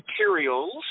materials